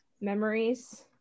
memories